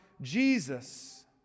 Jesus